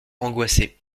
angoissée